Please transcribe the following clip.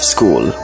School